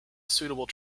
suitable